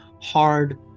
hard